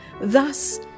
Thus